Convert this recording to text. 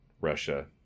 Russia